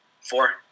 Four